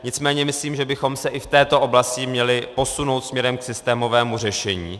Nicméně myslím, že bychom se i v této oblasti měli posunout směrem k systémovému řešení.